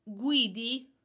guidi